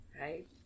right